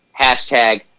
hashtag